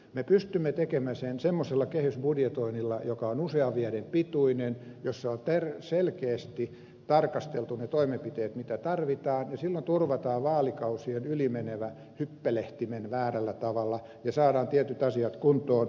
me pystymme tekemään sen semmoisella kehysbudjetoinnilla joka on usean vuoden pituinen jossa on selkeästi tarkasteltu ne toimenpiteet mitä tarvitaan ja silloin turvataan vaalikausien ylimenevä hyppelehtiminen väärällä tavalla ja saadaan tietyt asiat kuntoon